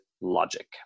logic